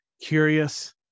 curious